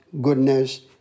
goodness